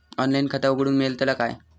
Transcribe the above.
Online खाता उघडूक मेलतला काय?